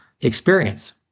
experience